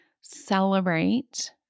Celebrate